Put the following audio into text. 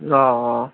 অঁ অঁ